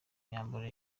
myambaro